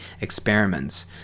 experiments